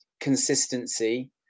Consistency